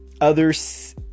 others